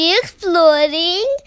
exploring